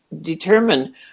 determine